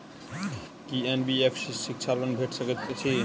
की NBFC सँ शिक्षा loan भेटि सकैत अछि?